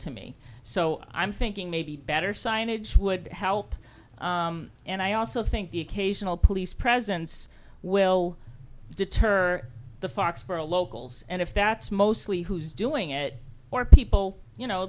to me so i'm thinking maybe better signage would help and i also think the occasional police presence will deter the fox for a locals and if that's mostly who's doing it or peep bill you know